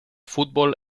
fútbol